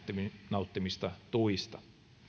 nauttimista tuista